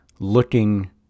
looking